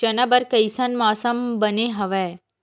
चना बर कइसन मौसम बने हवय?